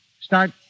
Start